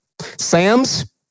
Sams